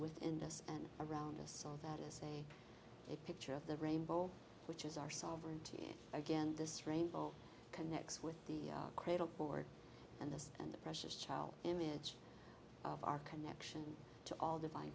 us and around us all that is a picture of the rainbow which is our sovereignty again this rainbow connects with the cradle board and this and that precious child image of our connection to all divine